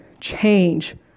change